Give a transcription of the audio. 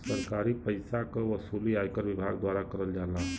सरकारी पइसा क वसूली आयकर विभाग द्वारा करल जाला